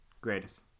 Greatest